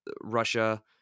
russia